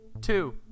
two